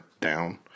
down